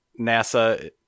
NASA